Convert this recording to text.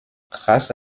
grâce